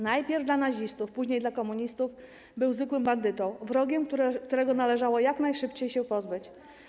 Najpierw dla nazistów, później dla komunistów był zwykłym bandytą, wrogiem, którego należało jak najszybciej się pozbyć.